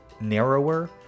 narrower